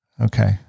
okay